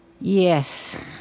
Yes